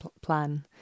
plan